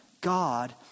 God